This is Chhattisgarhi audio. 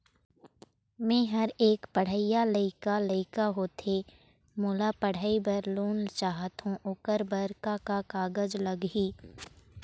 मेहर एक पढ़इया लइका लइका होथे मोला पढ़ई बर लोन चाहथों ओकर बर का का कागज लगही?